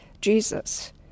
Jesus